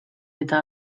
eta